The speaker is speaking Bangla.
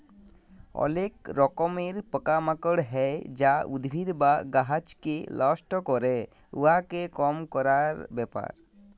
অলেক রকমের পকা মাকড় হ্যয় যা উদ্ভিদ বা গাহাচকে লষ্ট ক্যরে, উয়াকে কম ক্যরার ব্যাপার